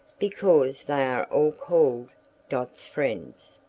because they are all called dot's friends.